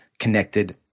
connected